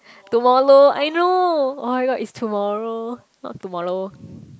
tomollow I know [oh]-my-god it's tomorrow not tomollow